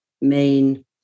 main